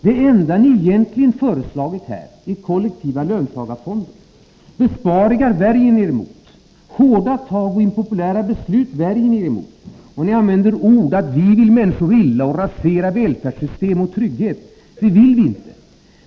Det enda ni egentligen föreslagit är kollektiva löntagarfonder. Besparingar värjer ni er emot. Hårda tag och impopulära beslut värjer ni er emot. Ni använder sådana ord som att vi vill människor illa och vill rasera välfärdssystem och trygghet. Det vill vi inte!